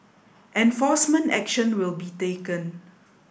enforcement action will be taken